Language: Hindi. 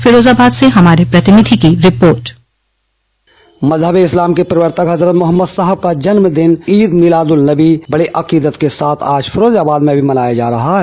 फिरोजाबाद से हमारे प्रतिनिधि की रिपोर्ट मज़हब ए इस्लाम के प्रवर्तक हज़रत मोहम्मद साहब का जन्मदिन ईद मिलाद उ नबी बड़ी अकीदत के साथ आज फिरोजाबाद में भी मनाया जा रहा है